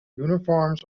uniforms